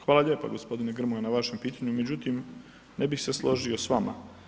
Hvala lijepa gospodine Grmoja na vašem pitanju, međutim ne bih se složio s vama.